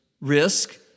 risk